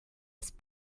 ist